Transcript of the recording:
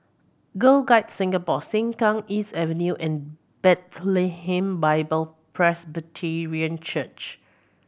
Girl Guides Singapore Sengkang East Avenue and Bethlehem Bible Presbyterian Church